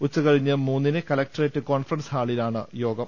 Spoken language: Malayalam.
ഉച്ചകഴിഞ്ഞ് മൂന്നിന് കലക്ട്രേറ്റ് കോൺഫ റൻസ് ഹാളിലാണ് യോഗം